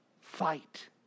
fight